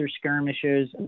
skirmishes